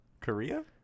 Korea